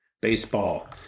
baseball